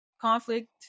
conflict